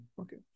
Okay